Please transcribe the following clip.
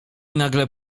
nagle